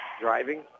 driving